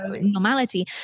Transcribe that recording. normality